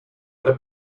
their